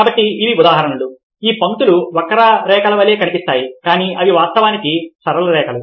కాబట్టి ఇవి ఉదాహరణలు ఈ పంక్తులు వక్రరేఖల వలె కనిపిస్తాయి కానీ అవి వాస్తవానికి సరళ రేఖలు